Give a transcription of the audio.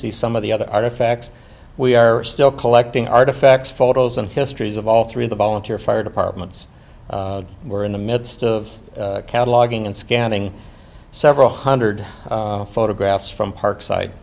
see some of the other artifacts we are still collecting artifacts photos and histories of all through the volunteer fire departments were in the midst of cataloguing and scanning several hundred photographs from parksi